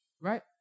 Right